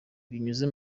binyuze